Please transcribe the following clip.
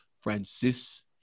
Francis